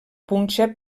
punxa